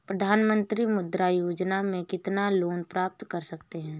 प्रधानमंत्री मुद्रा योजना में कितना लोंन प्राप्त कर सकते हैं?